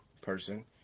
person